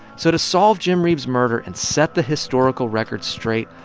so to solve jim reeb's murder and set the historical record straight,